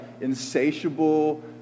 insatiable